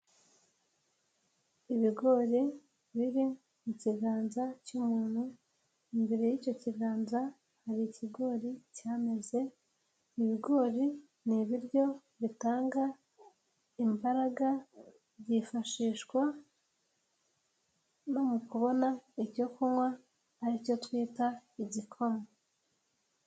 Ibigori biri mu kiganza cy'umuntu, imbere y'icyo kiganza hari ikigori cyameze, ibigori ni ibiryo bitanga imbaraga byifashishwa no mu kubona icyo kunywa aricyo twita igikoma.